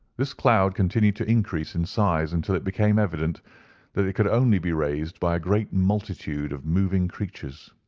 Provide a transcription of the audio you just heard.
this cloud continued to increase in size until it became evident that it could only be raised by a great multitude of moving creatures.